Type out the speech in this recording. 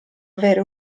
avere